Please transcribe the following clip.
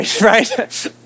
right